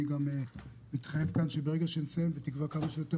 אני מתחייב כאן שכשנסיים בתקווה כמה שיותר